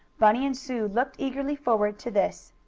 bunny and sue looked eagerly forward to this.